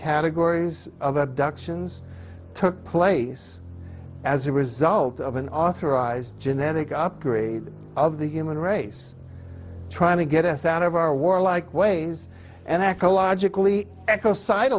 categories other duction zz took place as a result of an authorized genetic upgrade of the human race trying to get us out of our warlike ways and aca logically echo si